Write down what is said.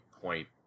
point